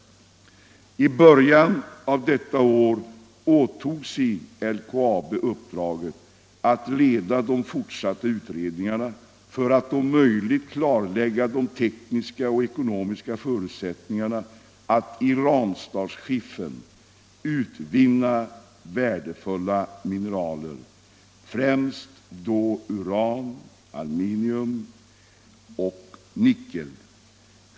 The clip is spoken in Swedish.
I början av detta år åtog sig LKAB uppdraget att leda de fortsatta utredningarna för att om möjligt klarlägga de tekniska och ekonomiska förutsättningarna att ur Ranstadsskiffern utvinna värdefulla mineraler, främst då uran, aluminium och nickel.